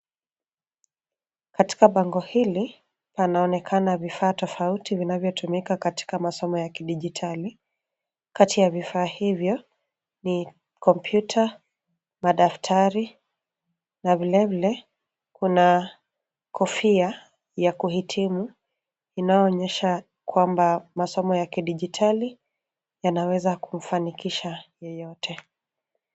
Katika bango hili panaonekana vifaa tofauti vinavyotumika katika masomo ya kidijitali. Kati ya vifaa hivyo ni kompyuta, madaftari na vile vile kuna kofia ya kuhitimu inayoonyesha kwamba masomo ya kidijitali yanaweza kufanikisha yeyote.